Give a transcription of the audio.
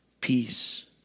peace